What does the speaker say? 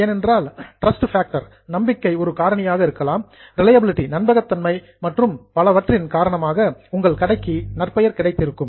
ஏனென்றால் trust factor நம்பிக்கை ஒரு காரணியாக இருக்கலாம் ரிலையபில்ட்டி நம்பகத்தன்மை மற்றும் பலவற்றின் காரணமாக உங்கள் கடைக்கு நற்பெயர் கிடைத்திருக்கும்